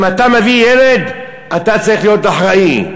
אם אתה מביא ילד אתה צריך להיות אחראי,